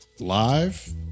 Live